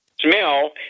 smell